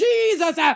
Jesus